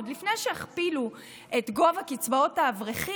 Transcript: עוד לפני שהכפילו את קצבאות האברכים,